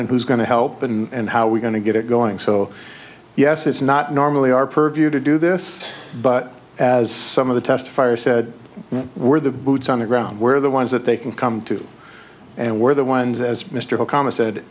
and who's going to help and how we going to get it going so yes it's not normally our purview to do this but as some of the testifier said we're the boots on the ground where the ones that they can come to and we're the ones as mr okama said